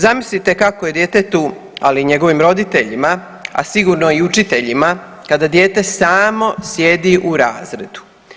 Zamislite kako je djetetu, ali i njegovim roditeljima, a sigurno i učiteljima kada dijete samo sjedi u razredu?